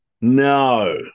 No